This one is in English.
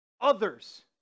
others